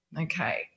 okay